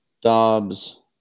Dobbs